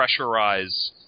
pressurize